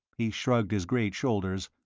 he shrugged his great shoulders,